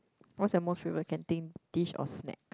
what's your most favourite canteen dish or snack